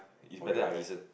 it's better than Ajisen